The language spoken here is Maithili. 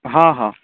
हँ हँ